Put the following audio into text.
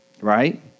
right